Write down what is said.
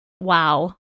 wow